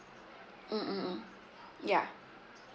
mm mm mm yeah